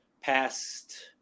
past